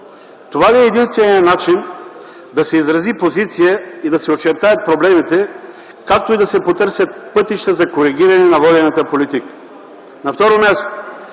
Това ли е единственият начин да се изрази позиция и се очертаят проблемите, както и да се потърсят пътища за коригиране на водената политика? На второ място,